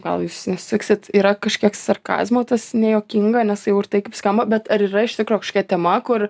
gal jūs nesutiksit yra kažkiek sarkazmo tas nejuokinga nes jau ir taip kaip skamba bet ar yra iš tikro kažkokia tema kur